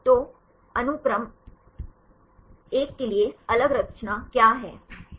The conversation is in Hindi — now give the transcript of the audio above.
तो अनुक्रम 1 के लिए अलग रचना क्या है